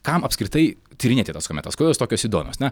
kam apskritai tyrinėti tas kometas kodėl jos tokios įdomios na